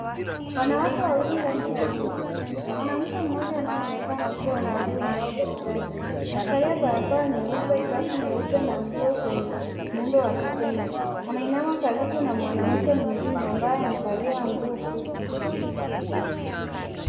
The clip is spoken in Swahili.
Wanawake wawili ndani ya nyumba. Mwanamke mmoja anaye onekana kuwa mhudumu wa afya a daktari, amevalia barakoa nyeupe, glavu nyeupe na nguo zenye muundo wa kitenge. Anainama karibu na mwanamke mwingine ambaye amevalia nguo fupi.